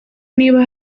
niba